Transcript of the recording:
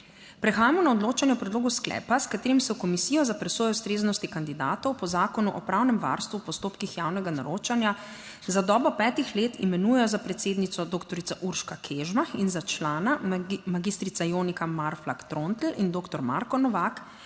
Prehajamo na odločanje o predlogu sklepa, s katerim se v Komisijo za presojo ustreznosti kandidatov po Zakonu o pravnem varstvu v postopkih javnega naročanja za dobo petih let imenujejo za predsednico doktorica Urška Kežmah in za člana magistrica Jonika Marflak Trontelj in doktor Marko Novak,